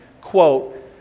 quote